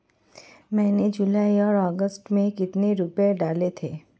मैंने जुलाई और अगस्त में कितने रुपये डाले थे?